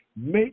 Make